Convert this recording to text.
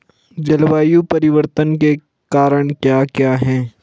जलवायु परिवर्तन के कारण क्या क्या हैं?